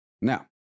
Now